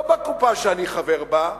לא בקופה שאני חבר בה,